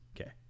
Okay